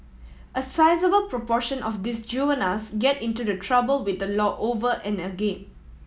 a sizeable proportion of these juveniles get into the trouble with the law over and again